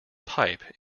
pipe